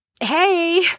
hey